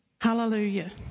Hallelujah